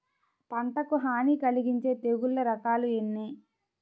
పంటకు హాని కలిగించే తెగుళ్ల రకాలు ఎన్ని?